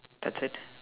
that's it